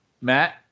Matt